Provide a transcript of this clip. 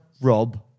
Rob